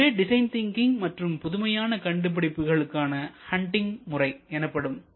இதுவே design thinking மற்றும் புதுமையான கண்டுபிடிப்புகளுக்கான ஹண்டிங் முறை எனப்படும்